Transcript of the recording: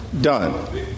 done